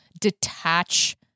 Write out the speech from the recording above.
detach